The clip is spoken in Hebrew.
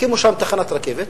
הקימו שם תחנת רכבת,